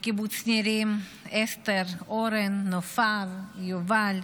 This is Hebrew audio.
מקיבוץ נירים, אסתר, אורן, נופר, יובל,